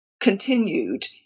continued